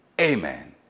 amen